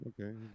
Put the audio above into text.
okay